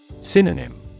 Synonym